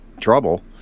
trouble